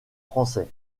français